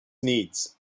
needs